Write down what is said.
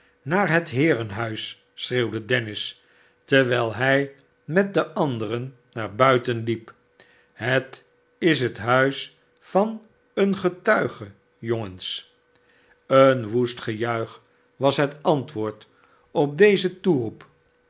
naar het heerenhuis schreeuwde dennis terwijl hij met de anderen naar buiten hep het is het huis van een getuige jongens een woest gejuich was het antwoord op dezen toeroep